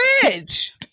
bridge